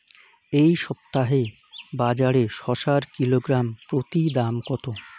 এই সপ্তাহে বাজারে শসার কিলোগ্রাম প্রতি দাম কত?